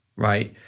right,